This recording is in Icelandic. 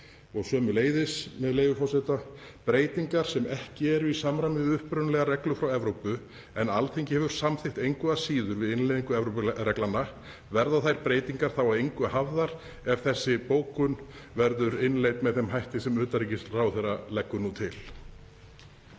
sömuleiðis, með leyfi forseta: Breytingar sem ekki eru í samræmi við upprunalegar reglur frá Evrópu en Alþingi hefur samþykkt engu að síður við innleiðingu Evrópureglnanna, verða þær breytingar að engu hafðar ef þessi bókun verður innleidd með þeim hætti sem utanríkisráðherra leggur nú til?